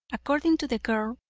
according to the girl,